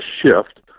shift